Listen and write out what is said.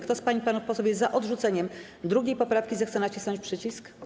Kto z pań i panów posłów jest za odrzuceniem 2. poprawki, zechce nacisnąć przycisk.